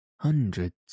hundreds